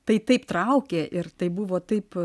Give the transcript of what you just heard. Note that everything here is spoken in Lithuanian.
tai taip traukė ir tai buvo taip